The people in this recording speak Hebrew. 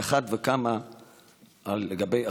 על אחת כמה וכמה לגבי החקלאים.